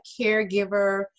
caregiver